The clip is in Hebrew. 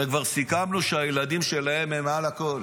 הרי כבר סיכמנו שהילדים שלהם הם מעל הכול.